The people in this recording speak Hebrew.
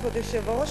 כבוד היושב-ראש,